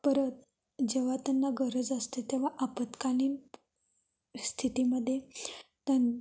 परत जेव्हा त्यांना गरज असते तेव्हा आपत्कालीन स्थितीमध्ये त्यां